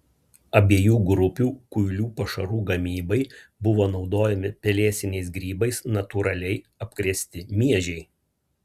abiejų grupių kuilių pašarų gamybai buvo naudojami pelėsiniais grybais natūraliai apkrėsti miežiai